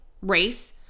race